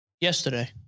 Yesterday